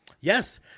Yes